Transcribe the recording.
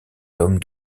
l’homme